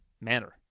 manner